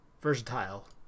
versatile